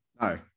No